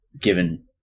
given